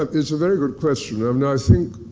um it's a very good question. um now i think,